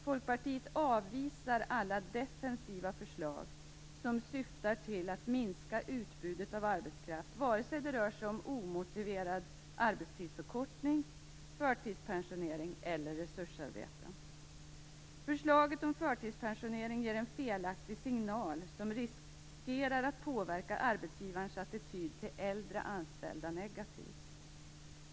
Folkpartiet avvisar alla defensiva förslag som syftar till att minska utbudet av arbetskraft, vare sig det rör sig om omotiverad arbetstidsförkortning, förtidspensionering eller resursarbeten. Förslaget om förtidspensionering ger en felaktig signal, som riskerar att påverka arbetsgivares attityd till äldre anställda negativt.